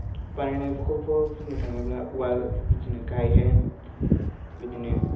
बानायनायखौबो बुंनो थाङोब्ला उवाल बिदिनो गायहेन बिदिनो